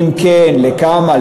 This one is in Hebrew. ואם כן, לכמה.